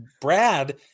Brad